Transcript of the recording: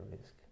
risk